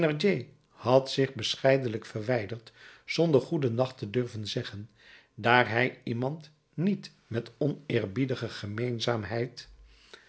had zich bescheidenlijk verwijderd zonder goeden nacht te durven zeggen daar hij iemand niet met oneerbiedige gemeenzaamheid